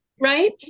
Right